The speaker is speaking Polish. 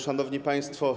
Szanowni Państwo!